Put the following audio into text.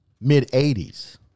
mid-80s